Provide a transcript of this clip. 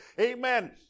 amen